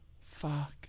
Fuck